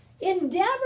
endeavor